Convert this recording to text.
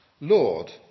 Lord